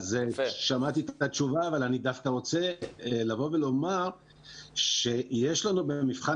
שמעתי את התשובה אבל אני דווקא רוצה לומר שיש לנו במבחן